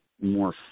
more